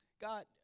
God